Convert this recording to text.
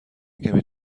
کمی